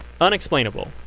Unexplainable